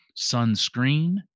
sunscreen